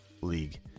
league